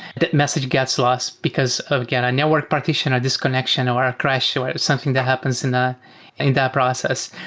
that message gets lost because of, again, a network partition or disconnection or a crash where something that happens in ah in that process.